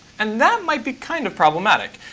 and that might be kind of problematic.